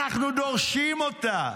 אנחנו דורשים אותה,